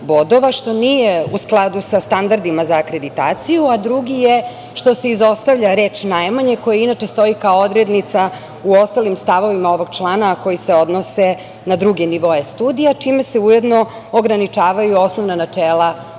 što nije u skladu sa standardima za akreditaciju, a drugi je što se izostavlja reč „najmanje“, koja inače stoji, kao odrednica u ostalim stavovima ovog člana, a koji se odnose na druge nivoe studija, čime se ujedno ograničavaju osnovna načela Bolonjske